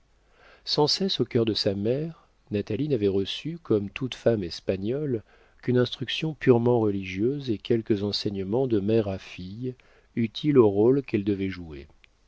sans cesse au cœur de sa mère natalie n'avait reçu comme toute femme espagnole qu'une instruction purement religieuse et quelques enseignements de mère à fille utiles au rôle qu'elle devait jouer